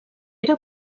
era